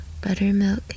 buttermilk